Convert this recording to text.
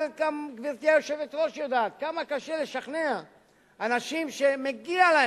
גברתי היושבת-ראש יודעת כמה קשה לשכנע אנשים שמגיע להם,